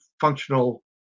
functional